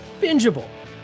bingeable